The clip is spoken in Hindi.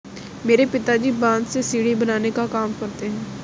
मेरे पिताजी बांस से सीढ़ी बनाने का काम करते हैं